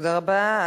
תודה רבה.